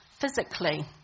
physically